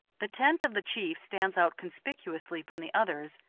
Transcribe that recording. the tent of the chief stands out conspicuously from the others,